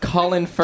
Colin